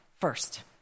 first